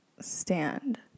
stand